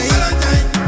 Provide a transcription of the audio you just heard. Valentine